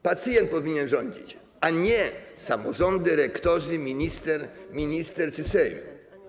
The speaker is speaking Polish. Pacjent powinien rządzić, a nie samorządy, rektorzy, minister czy Sejm.